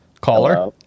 Caller